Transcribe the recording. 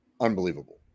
unbelievable